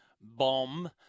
bomb